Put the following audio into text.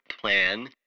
plan